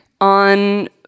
on